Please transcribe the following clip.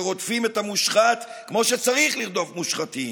שרודפים את המושחת כמו שצריך לרדוף מושחתים,